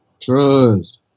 Trust